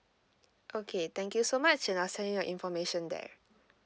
okay thank you so much and I'll send you your information there